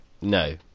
No